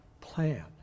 plan